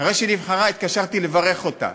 אחרי שהיא נבחרה התקשרתי לברך אותה,